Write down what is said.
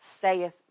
saith